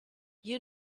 you